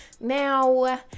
Now